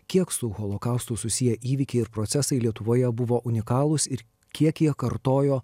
kiek su holokaustu susiję įvykiai ir procesai lietuvoje buvo unikalūs ir kiek jie kartojo